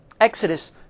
Exodus